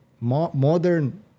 Modern